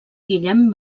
guillem